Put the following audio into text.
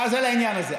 זה לעניין הזה.